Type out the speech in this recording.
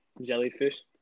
jellyfish